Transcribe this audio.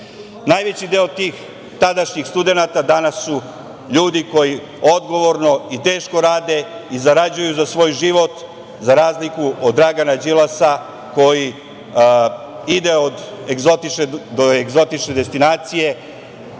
načine. Najveći deo tih tadašnjih studenata danas su ljudi koji odgovorno i teško rade i zarađuju za svoj život, za razliku od Dragana Đilasa, koji ide od egzotične do egzotične